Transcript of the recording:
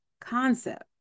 concept